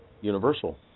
Universal